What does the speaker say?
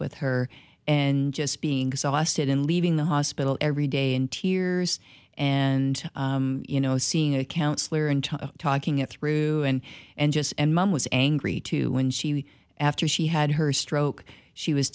with her and just being exhausted and leaving the hospital every day in tears and you know seeing a counsellor and talking it through and and just and mum was angry too when she after she had her stroke she was